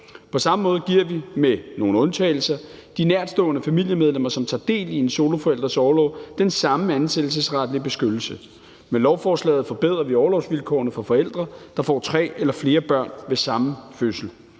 På samme måde giver vi med nogle undtagelser de nærtstående familiemedlemmer, som tager del i en soloforælders orlov, den samme ansættelsesretlige beskyttelse. Med lovforslaget forbedrer vi orlovsvilkårene for forældre, der får tre eller flere børn ved samme fødsel.